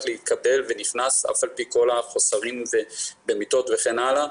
להתקבל ונכנס אף על פי כל החוסרים במיטות וכן הלאה,